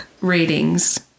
ratings